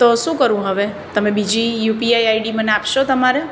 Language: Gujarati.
તો શું કરું હવે તમે બીજી યુપીઆઈ આઈડી મને આપશો તમારે